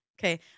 Okay